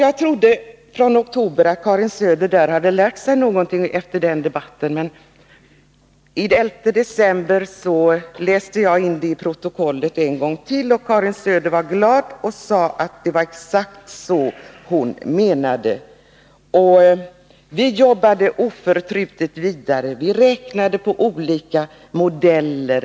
Jag trodde att Karin Söder efter debatten i oktober hade lärt sig någonting, men jag läste ändå in min uppfattning till protokollet också den 11 december. Karin Söder var glad och sade att det var exakt så hon menade. Vi jobbade oförtrutet vidare i sjukpenningutredningen. Vi räknade på olika modeller.